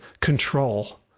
control